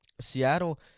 Seattle